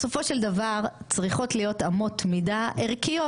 בסופו של דבר צריכות להיות אמות מידה ערכיות,